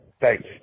Thanks